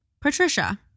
Patricia